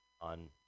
on